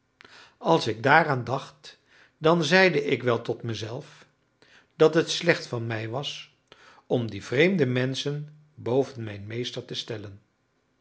als ik daaraan dacht dan zeide ik wel tot mezelf dat het slecht van mij was om die vreemde menschen boven mijn meester te stellen